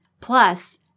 Plus